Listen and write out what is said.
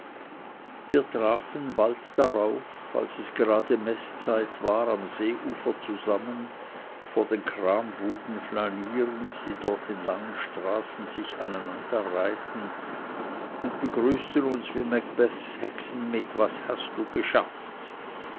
wir trafen bald darauf als es gerade meßzeit war am seeufer zusammen vor den krambuden flanierend die dort in langen straßen sich aneinanderreihten und begrüßten uns wie macbeths hexen mit was hast du geschafft